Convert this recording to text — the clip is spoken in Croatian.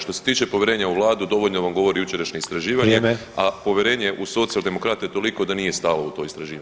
Što se tiče povjerenja u vladu dovoljno vam govori jučerašnje istraživanje, a povjerenje u Socijaldemokrate je toliko da nije stalo u to istraživanje.